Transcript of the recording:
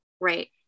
Right